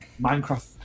Minecraft